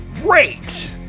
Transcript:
Great